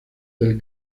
del